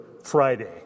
friday